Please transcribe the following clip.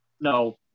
No